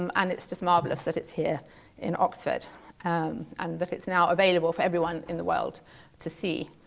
um and it's just marvelous that it's here in oxford and that it's now available for everyone in the world to see.